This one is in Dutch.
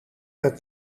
het